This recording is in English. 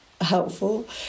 helpful